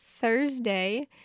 thursday